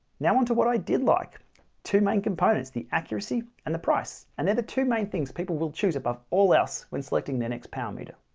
now on to what i did like two main components the accuracy and the price. and they're the two main things people will choose above all else when selecting their next power meter.